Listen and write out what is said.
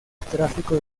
tráfico